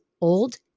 old